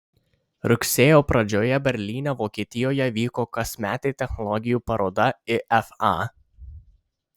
rugsėjo pradžioje berlyne vokietijoje vyko kasmetė technologijų paroda ifa